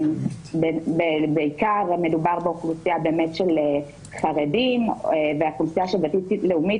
בעיקר מדובר באוכלוסייה של חרדים והאוכלוסייה הדתית-לאומית,